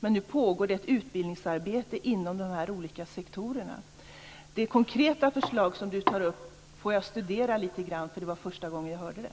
Det pågår dock nu ett utbildningsarbete inom de här olika sektorerna. Det konkreta förslag som Sofia Jonsson förde fram får jag studera lite grann, eftersom det var första gången som jag hörde det.